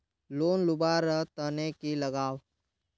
Loan लुवा र तने की लगाव?